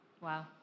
Wow